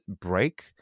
break